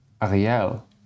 Ariel